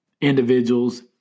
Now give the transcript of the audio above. individuals